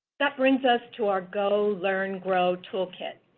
that brings us to our go learn grow toolkit.